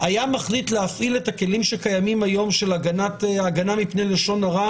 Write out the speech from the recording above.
היה מחליט להפעיל את הכלים שקיימים היום של הגנה מפני לשון הרע